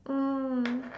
mm